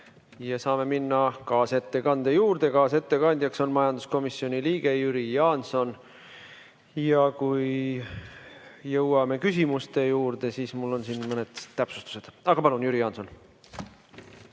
Saame minna kaasettekande juurde. Kaasettekandjaks on majanduskomisjoni liige Jüri Jaanson. Kui jõuame küsimuste juurde, siis mul on siin mõned täpsustused. Aga palun, Jüri Jaanson!